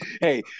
hey